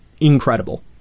incredible